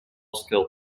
scale